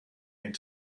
going